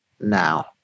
now